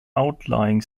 outlying